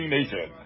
Nation